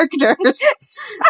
characters